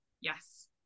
Yes